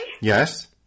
Yes